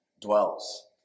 dwells